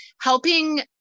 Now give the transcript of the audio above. helping